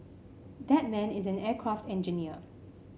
that man is an aircraft engineer